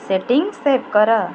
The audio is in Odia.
ସେଟିଙ୍ଗ୍ ସେଭ୍ କର